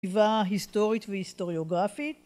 סביבה היסטורית והיסטוריוגרפית